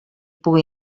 pugui